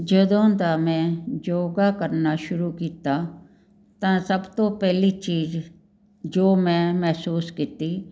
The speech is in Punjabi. ਜਦੋਂ ਦਾ ਮੈਂ ਯੋਗਾ ਕਰਨਾ ਸ਼ੁਰੂ ਕੀਤਾ ਤਾਂ ਸਭ ਤੋਂ ਪਹਿਲੀ ਚੀਜ਼ ਜੋ ਮੈਂ ਮਹਿਸੂਸ ਕੀਤੀ